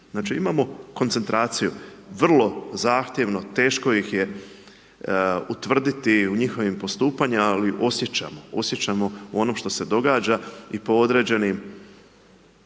Znači imamo koncentraciju, vrlo zahtjevno, teško ih je utvrditi u njihovim postupanja, ali osjećam ono što se događa i po određenim